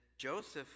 Joseph